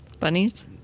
Bunnies